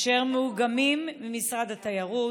אשר מאוגמים ממשרדי התיירות,